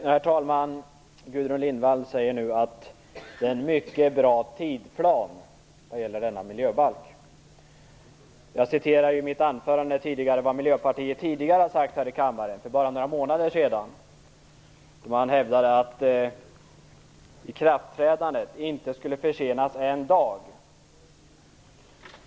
Herr talman! Gudrun Lindvall säger att tidsplanen för miljöbalken är mycket bra. Jag citerade i mitt anförande tidigare vad Miljöpartiet sade här i kammaren för bara några månader sedan. Man hävdade då att ikraftträdandet inte fick försenas en dag.